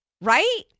Right